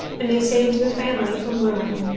and they saved the family from ruin.